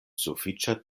sufiĉa